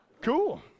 Cool